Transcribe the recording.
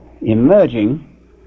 emerging